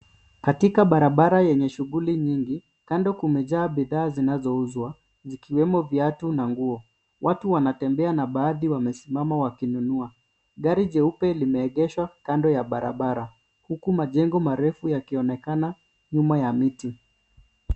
Katika barabara yenye shughuli nyingi, kando kumejaa bidhaa zinazouzwa, zikiwemo viatu na nguo. Watu wanatembea na baadhi wanasimama wakinunua. Gari jeupe limeegeshwa kando ya barabara, huku majengo marefu yakionekana nyuma ya miti.